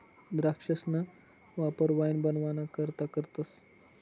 द्राक्षसना वापर वाईन बनवाना करता करतस